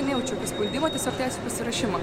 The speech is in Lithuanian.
nejaučiu jokio spaudimo tiesiog tęsiu pasiruošimą